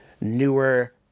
newer